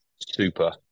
Super